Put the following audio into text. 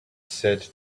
said